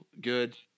good